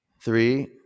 three